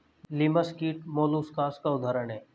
लिमस कीट मौलुसकास का उदाहरण है